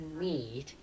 need